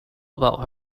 about